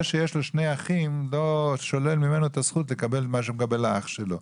זה שיש לו שני אחים לא שולל ממנו את הזכות לקבל מה שמקבל אח שלו.